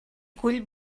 cull